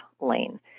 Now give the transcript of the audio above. lane